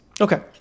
Okay